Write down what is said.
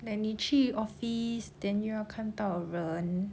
like 你去 office then 又要看到人